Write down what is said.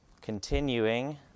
Continuing